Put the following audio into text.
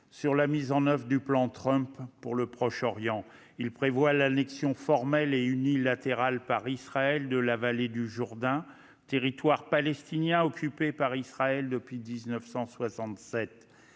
sur la mise en oeuvre du plan Tramp pour le Proche-Orient, qui prévoit l'annexion formelle et unilatérale par Israël de la vallée du Jourdain, territoire palestinien occupé par Israël depuis 1967.